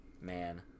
man